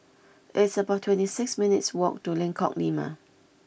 It's about twenty six minutes' walk to Lengkok Lima